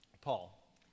Paul